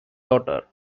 daughter